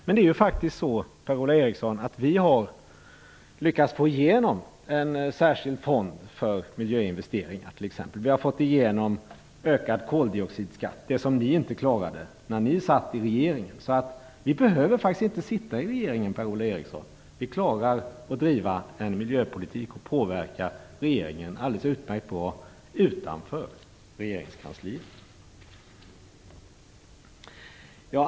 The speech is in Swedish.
Men det är faktiskt så, Per-Ola Eriksson, att vi har lyckats få igenom en särskild fond för miljöinvesteringar t.ex. Vi har fått igenom ökad koldioxidskatt, det som ni inte klarade när ni satt med i regeringen. Vi behöver faktiskt inte sitta med i regeringen, Per Ola Eriksson, utan vi klarar att driva en miljöpolitik och att påverka regeringen alldeles utmärkt bra utanför regeringskansliet.